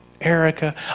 Erica